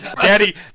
Daddy